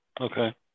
Okay